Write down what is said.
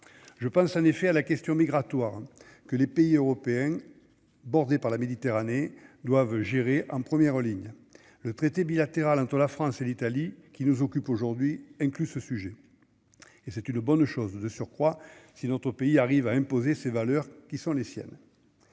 je pense, en effet, à la question migratoire que les pays européens, bordé par la Méditerranée doivent gérer en première ligne le traité bilatéral into la France et l'Italie qui nous occupe aujourd'hui inclut ce sujet et c'est une bonne chose de surcroît si notre pays arrivent à imposer ses valeurs qui sont les siennes,